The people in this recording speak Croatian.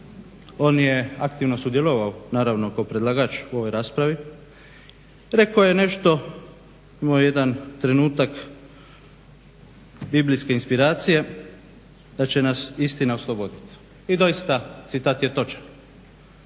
on je aktivno sudjelovao naravno kao predlagač u ovoj raspravi rekao je nešto imamo jedan trenutak biblijske inspiracije da će nas istina osloboditi. I doista citat je točan.